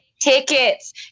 tickets